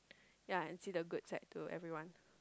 ya and see the good side to everyone